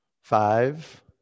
Five